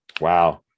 wow